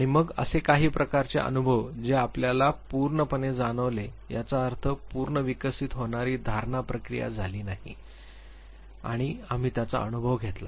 आणि मग असे काही प्रकारचे अनुभव जे आपल्याला पूर्णपणे जाणवले याचा अर्थ पूर्ण विकसित होणारी धारणा प्रक्रिया झाली नाही आणि आम्ही त्याचा अनुभव घेतला